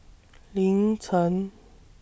Lin Chen